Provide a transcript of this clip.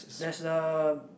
there's uh